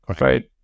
right